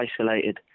isolated